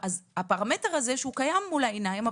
אז הפרמטר הזה קיים מול העיניים,